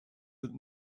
that